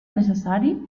necessari